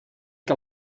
que